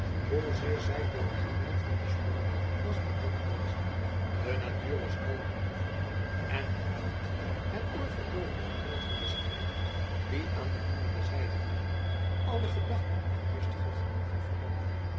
hoezeer zij door het geweld van den storm was beroerd geweest de natuur was kalm en liefelijk en had niet het oorverdoovend geweld van den strijd die aan de andere zijde woedde alle gedachten aan rustige genieting verbannen